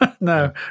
no